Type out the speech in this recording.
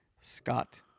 Scott